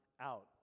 out